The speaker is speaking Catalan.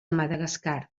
madagascar